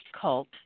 cult